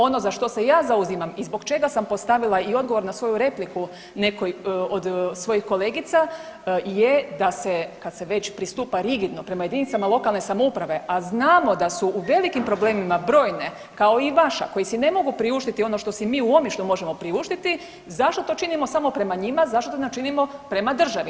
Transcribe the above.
Ono za što se ja zauzimam i zbog čega sam postavila i odgovor na svoju repliku nekoj od svojih kolegica je da se kad se već pristupa rigidno prema jedinicama lokalne samouprave, a znamo da u velikim problemima brojne kao i vaša koji si ne mogu priuštiti ono što si mi u Omišlju možemo priuštiti zašto to činimo samo prema njima, zašto to ne učinimo prema državi?